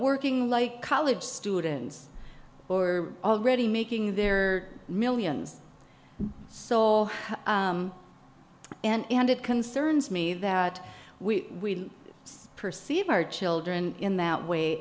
working like college students or already making their millions saw and it concerns me that we perceive our children in that way